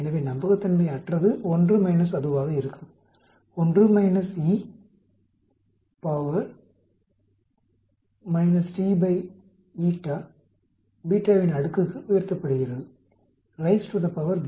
எனவே நம்பகத்தன்மையற்றது 1 - அதுவாக இருக்கும் 1 e t η βவின் அடுக்குக்கு உயர்த்தப்படுகிறது raise to the power β